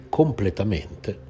completamente